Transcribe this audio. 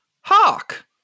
Hark